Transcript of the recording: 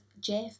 jeff